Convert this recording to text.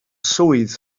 swydd